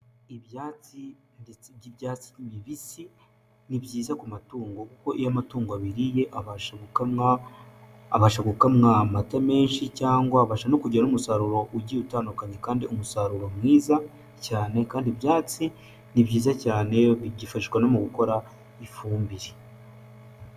Ibyatsi ndetse by'ibyatsi bibisi ni byiza ku matungo kuko iyo amatungo abiririye abasha gukamwa abasha gukamwa amata menshi cyangwa abasha no kugira n'umusaruro ugiye utandukanye kandi umusaruro mwiza cyane kandi ibyatsi ni byiza cyane bigifashishwa no mu gukora ifumbire.